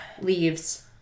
Leaves